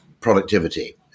productivity